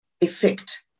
effect